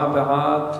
שבעה בעד,